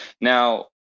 Now